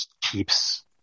keeps